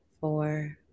four